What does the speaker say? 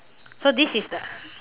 so this is the